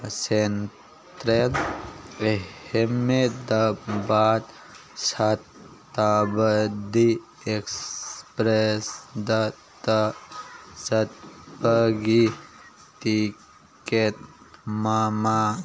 ꯁꯦꯟ ꯇ꯭ꯔꯦꯟ ꯑꯍꯦꯃꯦꯗꯕꯥꯠ ꯁꯇꯥꯕꯗꯤ ꯑꯦꯛꯁꯄ꯭ꯔꯦꯁꯗ ꯇ ꯆꯠꯄꯒꯤ ꯇꯤꯛꯀꯦꯠ ꯃꯃꯜ